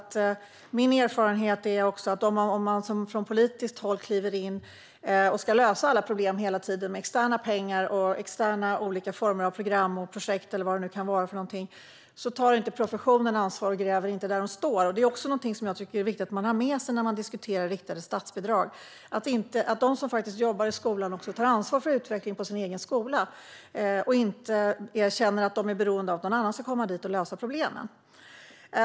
Min erfarenhet är också att om man från politiskt håll kliver in och hela tiden löser alla problem med externa pengar och olika former av program och projekt, eller vad det nu kan vara för någonting, tar professionen inte ansvar och gräver inte där den står. Det är också någonting som jag tycker att det är viktigt att man har med sig när man diskuterar riktade statsbidrag. Det handlar om att de som faktiskt jobbar i skolan tar ansvar för utvecklingen på sin egen skola och inte känner att de är beroende av att någon annan ska komma dit och lösa problemen.